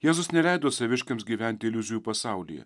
jėzus neleido saviškiams gyventi iliuzijų pasaulyje